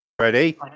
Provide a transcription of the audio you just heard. Ready